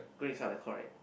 grey color correct